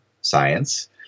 science